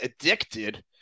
addicted